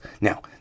Now